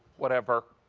whatever.